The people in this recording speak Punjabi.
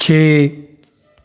ਛੇ